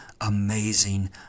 amazing